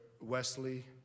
Wesley